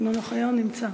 שמעון אוחיון, נמצא.